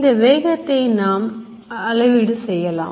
இந்த வேகத்தை நாம் அளவீடு செய்யலாம்